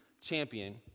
champion